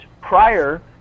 prior